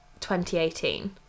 2018